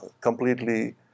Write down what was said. completely